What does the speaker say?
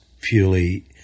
purely